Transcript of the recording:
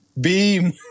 beam